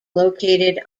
located